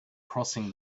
crossing